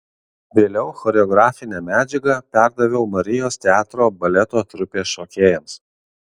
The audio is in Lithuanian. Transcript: vėliau choreografinę medžiagą perdaviau marijos teatro baleto trupės šokėjams